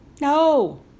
No